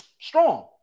strong